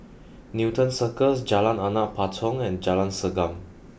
Newton Circus Jalan Anak Patong and Jalan Segam